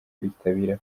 kwitabira